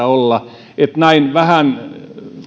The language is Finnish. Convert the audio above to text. olla näin vähän